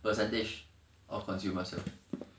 percentage of consumer sale